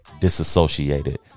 disassociated